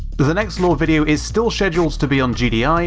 the next lore video is still scheduled to be on gdi,